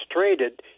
traded